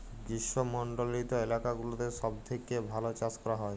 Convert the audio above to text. গ্রীস্মমন্ডলিত এলাকা গুলাতে সব থেক্যে ভাল চাস ক্যরা হ্যয়